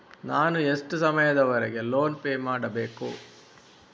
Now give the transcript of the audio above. ನಾನು ಎಷ್ಟು ಸಮಯದವರೆಗೆ ಲೋನ್ ಪೇ ಮಾಡಬೇಕು?